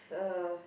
uh